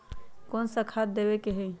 कोन सा खाद देवे के हई?